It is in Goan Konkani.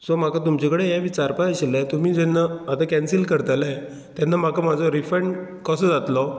सो म्हाका तुमचे कडेन हें विचारपा आशिल्लें तुमी जेन्ना आतां कॅन्सील करतले तेन्ना म्हाका म्हाजो रिफंड कसो जातलो